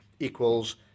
Equals